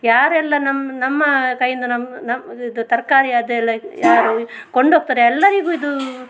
ಯಾರೆಲ್ಲ ನಮ್ಮ ನಮ್ಮ ಕೈಯಿಂದ ನಮ್ಮ ನಮ್ಮ ಇದು ತರಕಾರಿ ಅದೆಲ್ಲ ಯಾರು ಕೊಂಡ್ಹೋಗ್ತಾರೆ ಎಲ್ಲರಿಗೂ ಇದು